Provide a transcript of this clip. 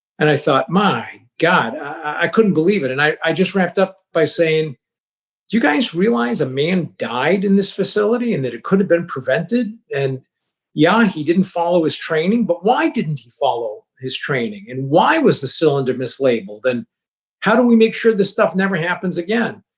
and i thought, my god. i couldn't believe it and i just wrapped up by saying, do you guys realize a man died in this facility and that it could have been prevented? and yeah, he didn't follow his training, but why didn't he follow his training, and why was the cylinder mislabeled, and how do we make sure this stuff never happens again?